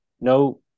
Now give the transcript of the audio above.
no